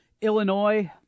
Illinois